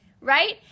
right